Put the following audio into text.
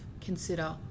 consider